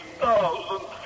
thousand